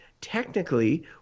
technically